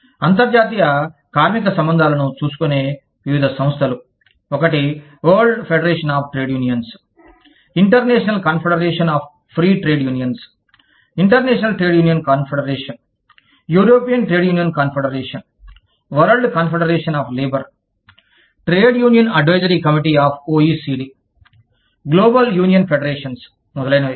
అంతర్జాతీయ కార్మిక సంబంధాలను చూసుకునే వివిధ సంస్థలు ఒకటి world federation of trade unions international confederation of free trade unions international trade union confederation European trade union confederation world confederation of labour trade union advisory committee of OECD Trade Union Advisory Committee of the OECD global union federations మొదలైనవి